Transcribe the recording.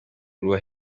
ruba